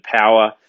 power